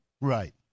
right